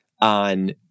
on